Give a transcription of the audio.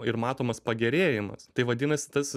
ir matomas pagerėjimas tai vadinasi tas